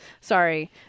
Sorry